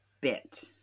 bit